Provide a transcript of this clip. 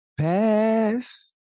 Pass